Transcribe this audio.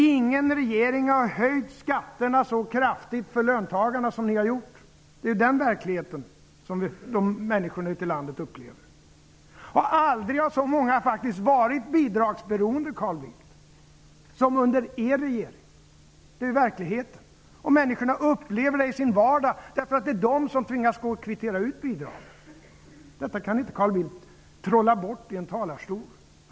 Ingen regering har höjt skatterna så kraftigt för löntagarna som den nuvarande regeringen har gjort. Det är den verkligheten som människorna ute i landet upplever. Aldrig har så många varit bidragsberoende, Carl Bildt, som under er regering. Det är verkligheten. Människorna upplever det i sin vardag, eftersom det är de som tvingas att gå och kvittera ut bidrag. Därför kan inte Carl Bildt trolla bort det i en talarstol.